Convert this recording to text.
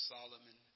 Solomon